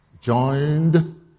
Joined